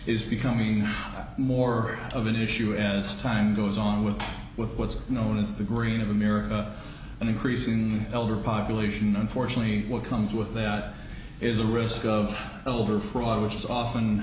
is becoming more of an issue as time goes on with with what's known as the green of the mirror and increasing elder population unfortunately what comes with that is a risk of elder fraud which is often